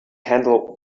handle